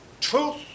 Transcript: truth